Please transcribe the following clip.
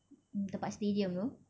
mm tempat stadium tu